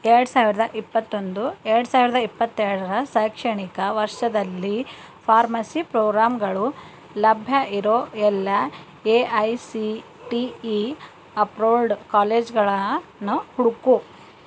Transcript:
ಎರಡು ಸಾವಿರದ ಇಪ್ಪತ್ತೊಂದು ಎರಡು ಸಾವಿರದ ಇಪ್ಪತ್ತೆರಡರ ಶೈಕ್ಷಣಿಕ ವರ್ಷದಲ್ಲಿ ಫಾರ್ಮಸಿ ಪ್ರೋರಾಮ್ಗಳು ಲಭ್ಯ ಇರೋ ಎಲ್ಲ A I C T E approved ಕಾಲೇಜ್ಗಳನ್ನು ಹುಡುಕು